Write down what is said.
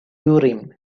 urim